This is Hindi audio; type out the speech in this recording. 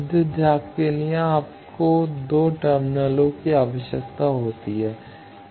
विद्युत दाब के लिए आपको 2 टर्मिनलों की आवश्यकता होती है